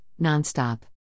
nonstop